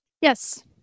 Yes